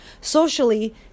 Socially